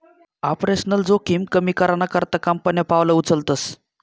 operational जोखिम कमी कराना करता कंपन्या पावलं उचलतस